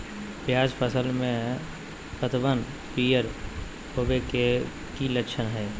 प्याज फसल में पतबन पियर होवे के की लक्षण हय?